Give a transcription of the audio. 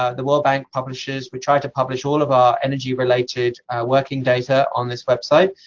ah the world bank publishes we try to publish all of our energy-related working data on this website,